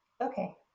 Okay